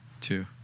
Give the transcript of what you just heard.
two